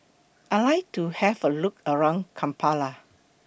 I like to Have A Look around Kampala